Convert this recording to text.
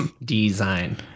Design